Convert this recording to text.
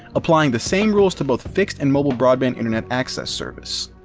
applying the same rules to both fixed and mobile broadband internet access service.